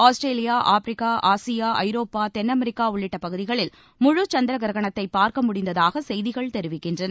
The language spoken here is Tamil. ஆஸ்திரேலியா ஆப்பிரிக்கா ஆசியா ஐரோப்பா தென்அமெரிக்கா உள்ளிட்ட பகுதிகளில் முழு சந்திர கிரகணத்தை பார்க்க முடிந்ததாக செய்திகள் தெரிவிக்கின்றன